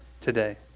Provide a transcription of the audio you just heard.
today